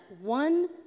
one